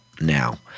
now